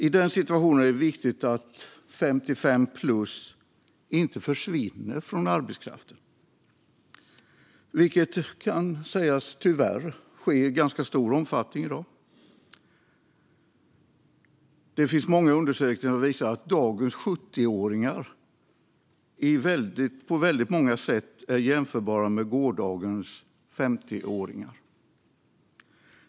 I denna situation är det viktigt att 55-plus inte försvinner från arbetskraften, vilket tyvärr kan sägas ske i ganska stor omfattning i dag. Det finns flera undersökningar som visar att dagens 70-åringar på många sätt är jämförbara med gårdagens 50-åringar.